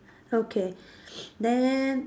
okay then